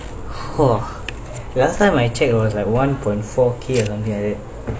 for the last time I checked it was like one point four K or something like that